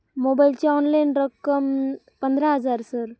मोबाईलचे ऑनलाईन रक्कम पंधरा हजार सर